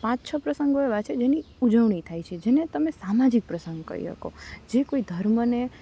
પાંચ છ પ્રસંગો એવા છે જેની ઉજવણી થાય છે જેને તમે સામાજિક પ્રસંગ કહી શકો જે કોઈ ધર્મને